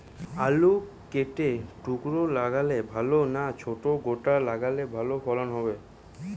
আলু কেটে টুকরো লাগালে ভাল না ছোট গোটা লাগালে ফলন ভালো হবে?